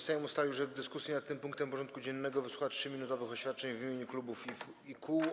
Sejm ustalił, że w dyskusji nad tym punktem porządku dziennego wysłucha 3-minutowych oświadczeń w imieniu klubów i kół.